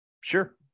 Sure